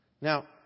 Now